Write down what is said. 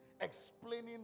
explaining